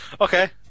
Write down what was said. okay